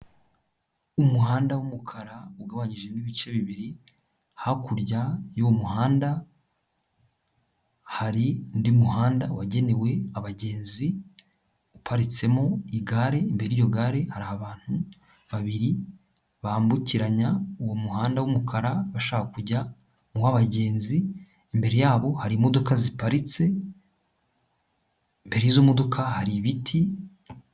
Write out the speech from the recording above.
Umuhanda w'umukara ugabanyijemo ibice bibiri, hakurya y'uwo muhanda hari undi muhanda wagenewe abagenzi, uparitsemo igare, imbere y'iryo gare hari abantu babiri bambukiranya uwo muhanda w'umukara bashaka kujya mu wabagenzi, imbere yabo hari imodoka ziparitse, imbere y'izo modoka hari ibiti.